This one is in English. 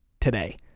today